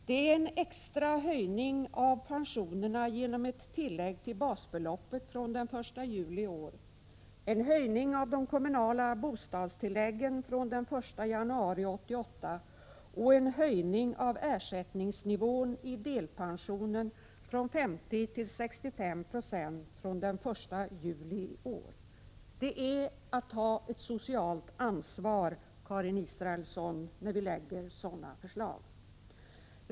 Det är en extrahöjning av pensionerna genom ett tillägg till basbeloppet den 1 juli i år, en höjning av de kommunala bostadstilläggen den 1 januari 1988 och en höjning av ersättningsnivån i delpensionen från 50 till 65 96 den 1 juli i år. Det är att ha ett socialt ansvar, Karin Israelsson, när vi lägger fram sådana förslag.